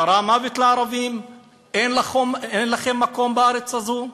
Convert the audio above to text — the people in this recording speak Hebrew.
קרא "מוות לערבים", "אין לכם מקום בארץ הזאת",